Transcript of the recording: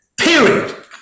period